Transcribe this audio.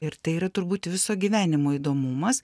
ir tai yra turbūt viso gyvenimo įdomumas